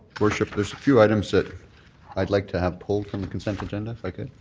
worship, there's a few items that i'd like to have pulled from the consent agenda if i could.